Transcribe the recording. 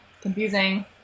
confusing